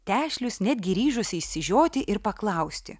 tešlius netgi ryžosi išsižioti ir paklausti